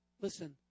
Listen